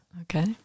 Okay